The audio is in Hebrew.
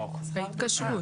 איזה שוק חופשי?